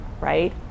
right